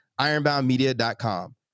ironboundmedia.com